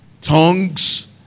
tongues